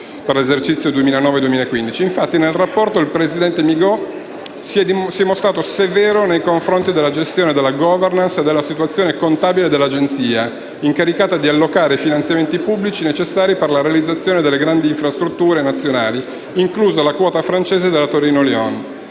Nel rapporto, il presidente Migaud si è mostrato severo nei confronti della gestione, della *governance* e sulla situazione contabile dell'Agenzia, incaricata di allocare i finanziamenti pubblici necessari per la realizzazione delle grandi infrastrutture nazionali, inclusa la quota francese della Torino-Lione.